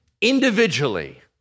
individually